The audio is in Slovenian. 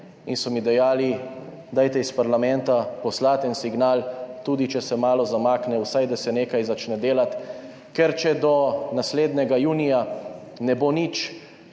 in so mi dejali, dajte iz parlamenta poslati en signal, tudi če se malo zamakne, vsaj da se nekaj začne delati, ker če do naslednjega junija ne bo nič,